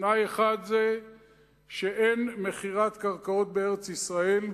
תנאי אחד זה שאין מכירת קרקעות בארץ-ישראל,